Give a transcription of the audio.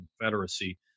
Confederacy